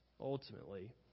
ultimately